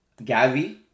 Gavi